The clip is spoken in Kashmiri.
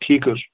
ٹھیٖک حظ چھُ